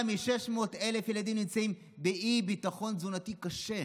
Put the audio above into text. מ-600,000 ילדים נמצאים באי-ביטחון תזונתי קשה.